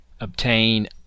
Obtain